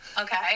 Okay